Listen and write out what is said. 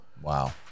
Wow